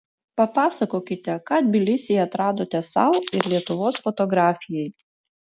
papasakokite ką tbilisyje atradote sau ir lietuvos fotografijai